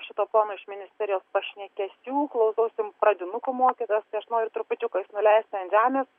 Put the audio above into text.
šito pono iš ministerijos pašnekesių klausausi pradinukų mokytojos tai aš noriu trupučiuką jus nuleisti ant žemės